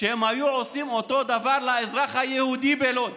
שהם היו עושים אותו דבר לאזרח היהודי בלוד,